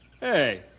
Hey